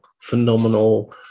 phenomenal